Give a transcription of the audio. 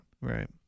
Right